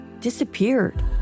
disappeared